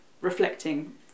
reflecting